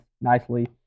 nicely